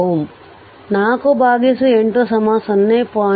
48 0